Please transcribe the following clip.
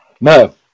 No